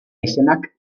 izenak